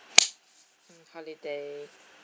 holiday